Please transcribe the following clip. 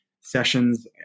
sessions